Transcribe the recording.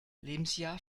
lebensjahr